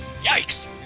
yikes